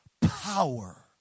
power